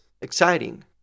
exciting